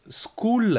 school